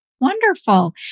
Wonderful